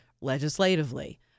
legislatively